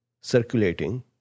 circulating